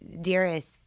dearest